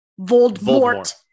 Voldemort